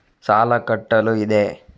ಸಾಲ ಕಟ್ಟಲು ಇದೆ